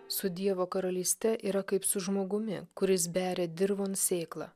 su dievo karalyste yra kaip su žmogumi kuris beria dirvon sėklą